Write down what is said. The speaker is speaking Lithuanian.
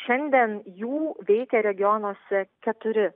šiandien jų veikia regionuose keturi